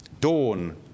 dawn